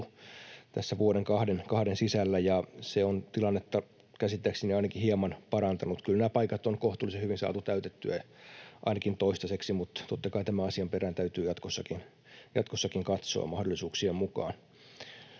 vuoden kahden sisällä, ja se on tilannetta käsittääkseni ainakin hieman parantanut. Kyllä nämä paikat on kohtuullisen hyvin saatu täytettyä, ainakin toistaiseksi, mutta totta kai tämän asian perään täytyy jatkossakin katsoa mahdollisuuksien mukaan.